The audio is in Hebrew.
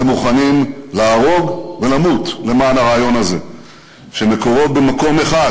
הם מוכנים להרוג ולמות למען הרעיון הזה שמקורו במקום אחד,